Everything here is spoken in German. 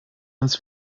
uns